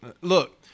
look